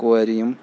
کورِ یِم